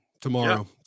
tomorrow